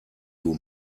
you